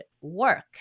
work